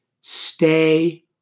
Stay